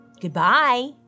Goodbye